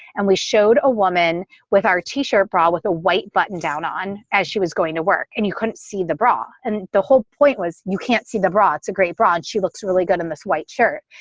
and we showed a woman with our t shirt bra with a white button down on as she was going to work and you couldn't see the bra. and the whole point was, you can't see the bra. it's a great bra. and she looks really good in this white shirt.